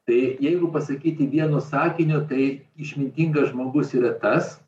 tai jeigu pasakyti vienu sakiniu tai išmintingas žmogus yra tas